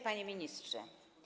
Panie Ministrze!